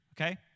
okay